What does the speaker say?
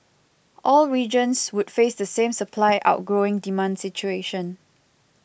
all regions would face the same supply outgrowing demand situation